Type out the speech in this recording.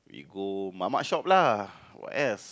you go Mamak shop lah what else